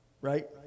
Right